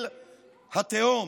אל התהום.